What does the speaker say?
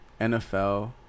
nfl